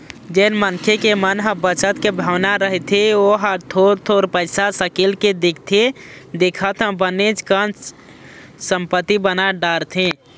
जेन मनखे के मन म बचत के भावना रहिथे ओहा थोर थोर पइसा सकेल के देखथे देखत म बनेच कन संपत्ति बना डारथे